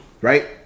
right